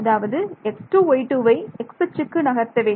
அதாவது x2 y2ஐ X அச்சுக்கு நகர்த்த வேண்டும்